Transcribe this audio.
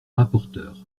rapporteur